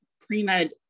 pre-med